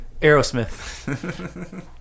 Aerosmith